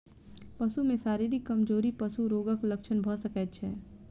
पशु में शारीरिक कमजोरी पशु रोगक लक्षण भ सकै छै